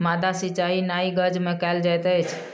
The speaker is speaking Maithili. माद्दा सिचाई नाइ गज में कयल जाइत अछि